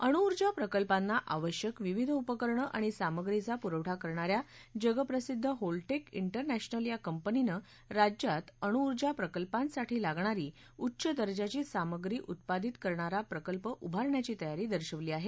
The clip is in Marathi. अणुऊर्जा प्रकल्पांना आवश्यक विविध उपकरणं आणि सामग्रीचा प्रवठा करणाऱ्या जगप्रसिद्ध होलटेक उरनॅशनल या कंपनीनं राज्यात अणुऊर्जा प्रकल्पांसाठी लागणारी उच्च दर्जाची सामग्री उत्पादित करणारा प्रकल्प उभारण्याची तयारी दर्शवली आहे